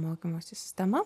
mokymosi sistema